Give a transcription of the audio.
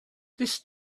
this